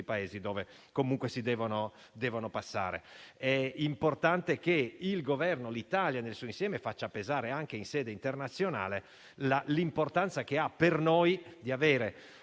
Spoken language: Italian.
Paesi dove comunque devono transitare. È importante che il Governo e l'Italia nel suo insieme facciano pesare anche in sede internazionale l'importanza che ha per noi avere